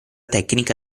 tecnica